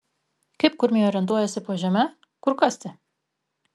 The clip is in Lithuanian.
kaip kurmiai orientuojasi po žeme kur kasti